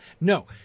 No